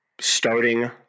starting